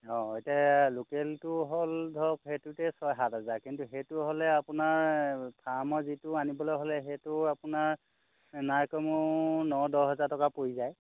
অ এতিয়া লোকেলটো হ'ল ধৰক সেইটোতে ছয় সাত হাজাৰ কিন্তু সেইটো হ'লে আপোনাৰ ফাৰ্মৰ যিটো আনিবলৈ হ'লে সেইটো আপোনাৰ নাই কমেও ন দহ হেজাৰ টকা পৰি যায়